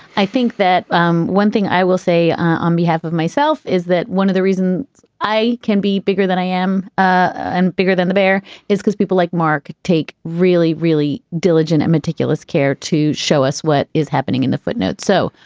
i think that um one thing i will say on behalf of myself is that one of the reason i can be bigger than i am, and bigger than the bear is because people like mark take really, really diligent, and meticulous care to show us what is happening in the footnotes. so,